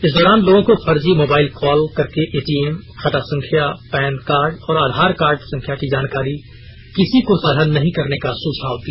इस दौरान लोगों को फर्जी मोबाइल कॉल करके एटीएम खाता संख्या पैन कार्ड और आधार कार्ड संख्या की निजी जानकारी किसी को साझा नहीं करने का सुझाव दिया